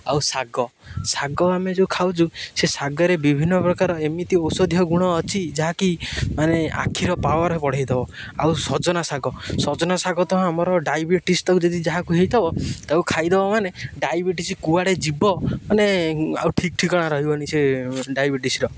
ଆଉ ଶାଗ ଶାଗ ଆମେ ଯୋଉ ଖାଉଚୁ ସେ ଶାଗରେ ବିଭିନ୍ନ ପ୍ରକାର ଏମିତି ଔଷଧୀୟ ଗୁଣ ଅଛି ଯାହାକି ମାନେ ଆଖିର ପାୱର ବଢ଼େଇଦବ ଆଉ ସଜନା ଶାଗ ସଜନା ଶାଗ ତ ଆମର ଡ଼ାଇବେଟିସ୍ ତକୁ ଯଦି ଯାହାକୁ ହେଇଥବ ତାକୁ ଖାଇଦେବ ମାନେ ଡ଼ାଇବେଟିସ୍ କୁଆଡ଼େ ଯିବ ମାନେ ଆଉ ଠିକ୍ ଠିକଣା ରହିବନି ସେ ଡ଼ାଇବେଟିସ୍ର